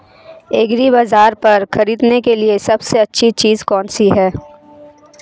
एग्रीबाज़ार पर खरीदने के लिए सबसे अच्छी चीज़ कौनसी है?